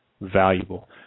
valuable